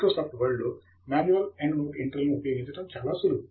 Microsoft వర్డ్లో manual endnote ఎంట్రీలను ఉపయోగించడం చాలా సులువు